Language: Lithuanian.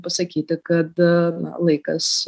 pasakyti kad laikas